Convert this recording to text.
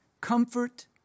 comfort